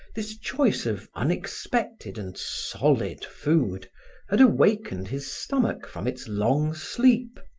this choice of unexpected and solid food had awakened his stomach from its long sleep.